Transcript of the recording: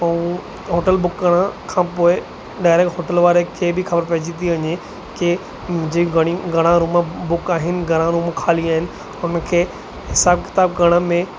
पोइ hotel book करण खां पोइ ॿाहिरि होटल वारे खे बि ख़बर पहिजी थी वञे की जंहिं घणी घणा रूम बुक आहिनि घणा रूम ख़ाली आहिनि हुन खे हिसाबु किताबु करण में